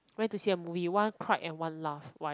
went to see a movie one cried and one laugh why